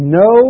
no